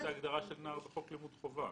יש את ההגדרה של נער בחוק לימוד חובה.